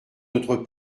notre